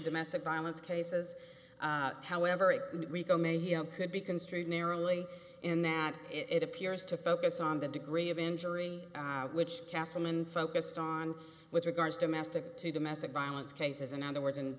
domestic violence cases however it could be construed narrowly in that it appears to focus on the degree of injury which castle and focused on with regards domestic to domestic violence cases in other words